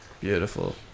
beautiful